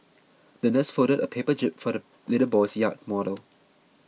the nurse folded a paper jib for the little boy's yacht model